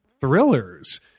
thrillers